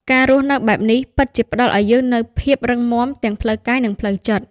ការរស់នៅបែបនេះពិតជាផ្តល់ឲ្យយើងនូវភាពរឹងមាំទាំងផ្លូវកាយ និងផ្លូវចិត្ត។